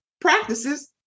practices